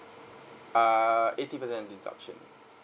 err eighty percent deduction